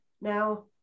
now